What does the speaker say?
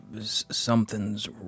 something's